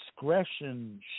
discretion